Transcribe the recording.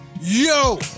Yo